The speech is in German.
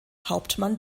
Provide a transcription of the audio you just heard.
hauptmann